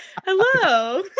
hello